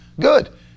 Good